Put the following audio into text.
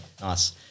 Nice